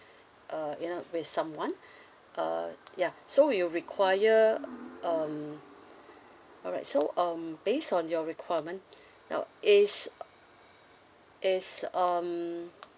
uh you know with someone uh ya so we will require um alright so um based on your requirement you know is is um